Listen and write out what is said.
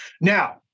Now